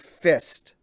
fist